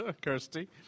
Kirsty